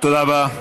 תודה רבה.